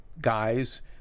guys